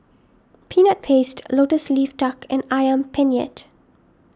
Peanut Paste Lotus Leaf Duck and Ayam Penyet